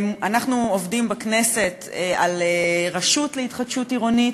אנחנו עובדים בכנסת על רשות להתחדשות עירונית.